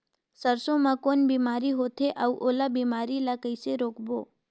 सरसो मा कौन बीमारी होथे अउ ओला बीमारी ला कइसे रोकबो?